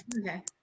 okay